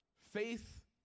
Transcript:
Faith